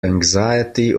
anxiety